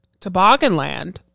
Tobogganland